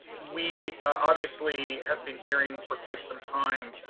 we obviously have been hearing for quite some time,